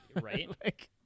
Right